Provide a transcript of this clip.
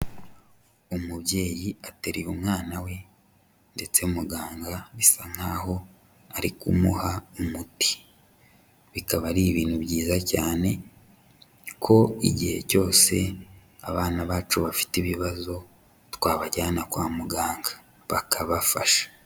Umubyeyi ateruye umwana we ndetse muganga bisa nkaho ari kumuha umuti, bikaba ari ibintu byiza cyane ko igihe cyose abana bacu bafite ibibazo twabajyana kwa muganga bakabafasha.